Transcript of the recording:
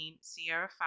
Sierra